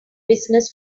business